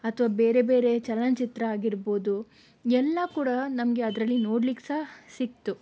ಅಥವಾ ಬೇರೆ ಬೇರೆ ಚಲನಚಿತ್ರ ಆಗಿರಬಹುದು ಎಲ್ಲ ಕೂಡ ನಮಗೆ ಅದರಲ್ಲಿ ನೋಡಲಿಕ್ಕೆ ಸಹ ಸಿಕ್ಕಿತು